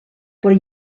però